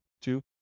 Two